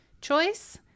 choice